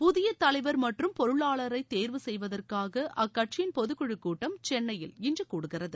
புதிய தலைவர் மற்றும் பொருளாளரை தேர்வு செய்வதற்காக அக்கட்சியின் பொதுக் குழுக் கூட்டம் சென்னையில் இன்று கூடுகிறது